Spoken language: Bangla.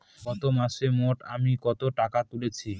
গত মাসে মোট আমি কত টাকা তুলেছি?